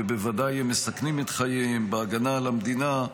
ובוודאי מסכנים את חייהם בהגנה על המדינה,